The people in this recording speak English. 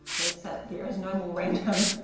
that's it. there is no more random,